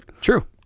True